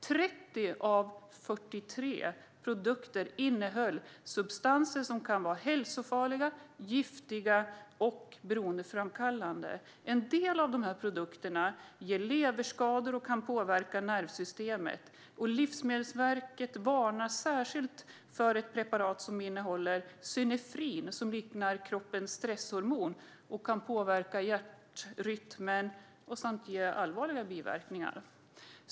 30 av 43 produkter innehöll substanser som kan vara hälsofarliga, giftiga och beroendeframkallande. En del av produkterna ger leverskador och kan påverka nervsystemet. Livsmedelsverket varnar särskilt för preparat som innehåller synefrin, som liknar kroppens stresshormon och kan påverka hjärtrytm och ge allvarliga biverkningar.